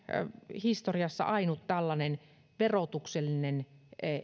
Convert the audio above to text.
historiassa ainut tällainen verotuksellinen